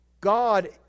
God